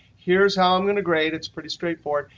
here's how i'm going to grade. it's pretty straightforward.